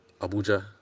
abuja